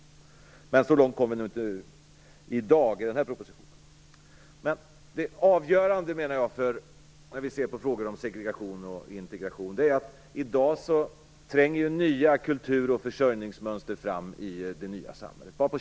Men så långt kommer vi nog inte i dag. Jag menar att det avgörande när vi ser på segregation och integration är att i dag tränger nya kultur och försörjningsmönster fram i det nya samhället.